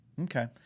Okay